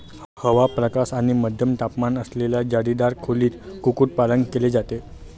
हवा, प्रकाश आणि मध्यम तापमान असलेल्या जाळीदार खोलीत कुक्कुटपालन केले जाते